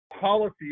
policy